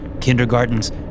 kindergartens